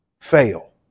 fail